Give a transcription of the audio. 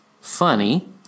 Funny